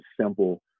simple